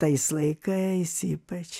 tais laikais ypač